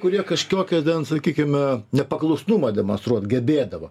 kurie kažkokio ten sakykime nepaklusnumą demonstruot gebėdavo